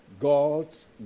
God's